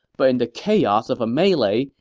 but in the chaos of a melee,